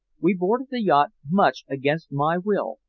we boarded the yacht much against my will,